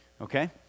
Okay